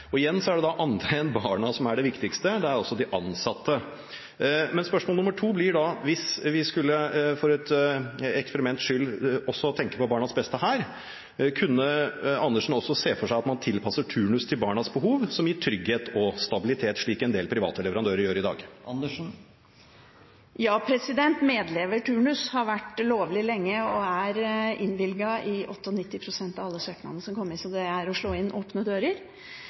barnevernet. Igjen er det da andre enn barna som er det viktigste; det er altså de ansatte. Spørsmål nummer to blir da: Hvis vi skulle – for et eksperiments skyld – også tenke på barnas beste her: Kunne Andersen også se for seg at man tilpasser turnus til barnas behov, som gir trygghet og stabilitet, slik en del private leverandører gjør i dag? Medleverturnus har vært lovlig lenge og 98 pst. av alle søknadene som kom inn, er blitt innvilget. Så det er å slå inn åpne dører.